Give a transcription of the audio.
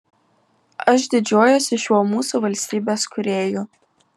aš didžiuojuosi šiuo mūsų valstybės kūrėju